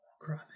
Cry